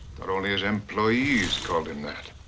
only his employees called him that.